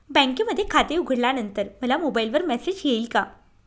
बँकेमध्ये खाते उघडल्यानंतर मला मोबाईलवर मेसेज येईल का?